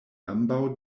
ambaŭ